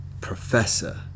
Professor